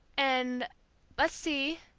and let's see